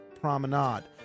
Promenade